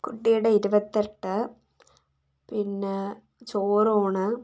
കുട്ടിയുടെ ഇരുപത്തെട്ട് പിന്നെ ചോറൂണ്